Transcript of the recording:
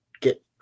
get